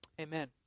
amen